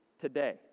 today